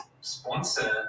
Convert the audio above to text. sponsor